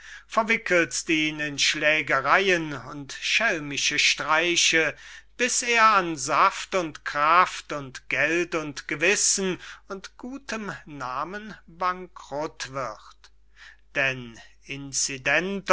ihn in schlägereyen und schelmische streiche bis er an saft und kraft und geld und gewissen und gutem namen bankrut wird denn